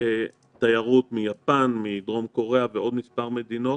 - תיירות מיפן, מדרום קוריאה, ועוד מספר מדינות.